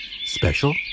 Special